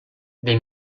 they